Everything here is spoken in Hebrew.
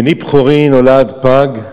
בני בכורי נולד פג,